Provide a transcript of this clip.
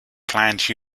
planned